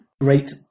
great